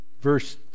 verse